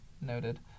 noted